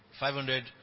500